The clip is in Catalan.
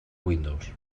windows